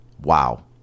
Wow